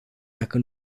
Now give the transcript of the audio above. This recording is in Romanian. dacă